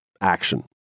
action